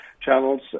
channels